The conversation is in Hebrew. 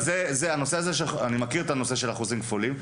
אני מכיר את נושא החוזים הכפולים.